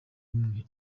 imwe